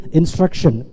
instruction